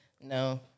No